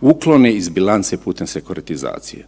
uklone iz bilance putem sekuratizacije.